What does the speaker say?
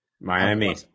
Miami